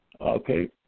Okay